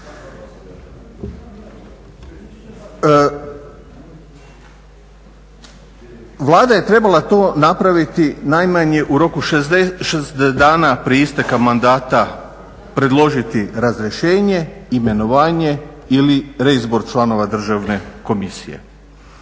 Vlada je trebala to napraviti najmanje u roku … dana prije isteka mandata predložiti razrješenje, imenovanje ili reizbor članova Državne komisije.